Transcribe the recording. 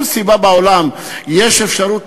את זה אפשר לפתור.